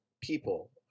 people